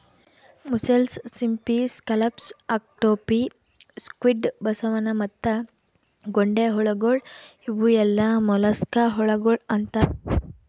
mussels, ಸಿಂಪಿ, scallops, octopi, squid, ಬಸವನ ಮತ್ತ ಗೊಂಡೆಹುಳಗೊಳ್ ಇವು ಎಲ್ಲಾ ಮೊಲಸ್ಕಾ ಹುಳಗೊಳ್ ಅಂತಾರ್